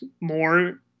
more